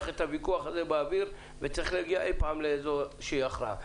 את הוויכוח הזה וצריך להגיע אי-פעם לאיזושהי הכרעה.